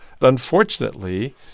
Unfortunately